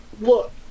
look